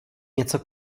něco